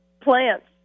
Plants